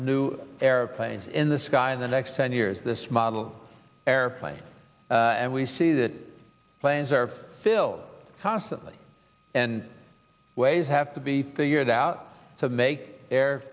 new airplanes in the sky in the next ten years this model airplanes and we see that planes are filled constantly and ways have to be figured out to make their